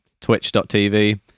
twitch.tv